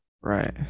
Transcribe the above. Right